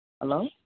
Hello